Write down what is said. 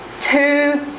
two